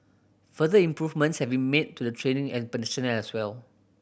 further improvements have been made to the training as personnel as well